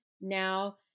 now